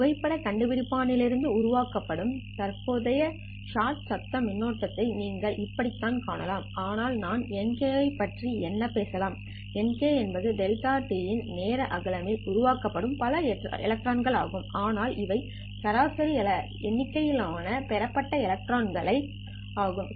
புகைப்படக் கண்டுபிடிப்பான்லிருந்து உருவாக்கப்படும் தற்போதைய ஷாட் சத்தம் மின்னோட்டம் நீங்கள் இப்படித்தான் காணலாம் ஆனால் நாம் Nk ஐப் பற்றி என்ன பேசலாம் Nk என்பது δt இன் நேர அகலம் ல் உருவாக்கப்பட்ட பல எலக்ட்ரான்கள் ஆகும் ஆனால் இவை சராசரி எண்ணிக்கையிலான பெறப்பட்ட எலக்ட்ரான்கள்கள் ஆகும்